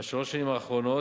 בשלוש השנים האחרונות,